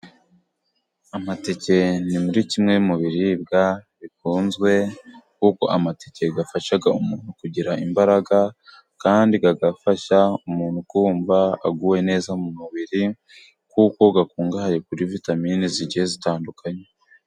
Amateke ni muri kimwe mu biribwa bikunzwe, kuko amateke afasha umuntu kugira imbaraga, kandi agafasha umuntu kumva aguwe neza mu mubiri, kuko akungahaye kuri vitamine zigiye zitandukanye.